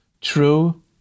true